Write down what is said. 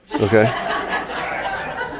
Okay